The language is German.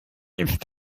ist